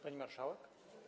Pani Marszałek!